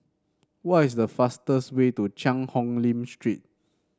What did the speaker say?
what is the fastest way to Cheang Hong Lim Street